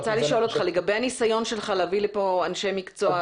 מה לגבי הניסיון שלך להביא אנשי מקצוע?